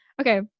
Okay